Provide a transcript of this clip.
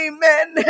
Amen